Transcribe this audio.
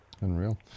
Unreal